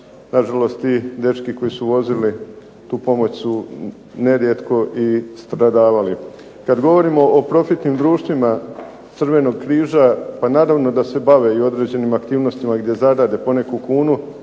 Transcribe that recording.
na žalost ti dečki koji su vozili tu pomoć su nerijetko i stradavali. Kad govorimo o profitnim društvima Crvenog križa pa naravno da se bave i određenim aktivnostima gdje zarade poneku kunu,